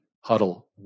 huddle